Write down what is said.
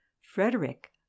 Frederick